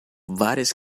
várias